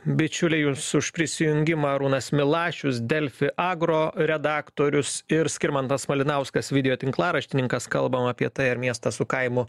bičiuliai jūs už prisijungimą arūnas milašius delfi agro redaktorius ir skirmantas malinauskas video tinklaraštininkas kalbam apie tai ar miestas su kaimu